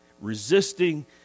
resisting